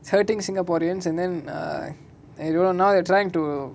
it's hurting singaporeans and then err you don't know now they're trying to